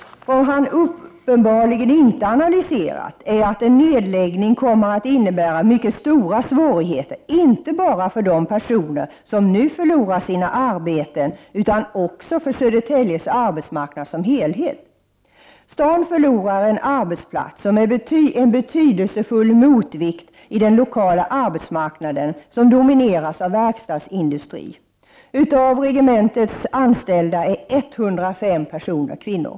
Vad han uppenbarligen inte analyserat är att en nedläggning kommer att innebära mycket stora svårigheter inte bara för de personer som nu förlorar sina arbeten utan också för Södertäljes arbetsmarknad som helhet. Staden förlorar en arbetsplats som är en betydelsefull motvikt i den lokala arbetsmarknaden, som domineras av verkstadsindustri. Av regementets anställda är 105 personer kvinnor.